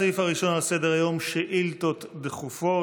הסעיף הראשון על סדר-היום הוא שאילתות דחופות.